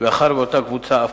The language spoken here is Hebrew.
בשדה-יהושע סובל מהזנחה